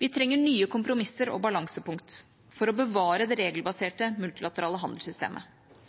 Vi trenger nye kompromisser og nye balansepunkt for å bevare det regelbaserte multilaterale handelssystemet.